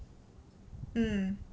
mm